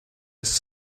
his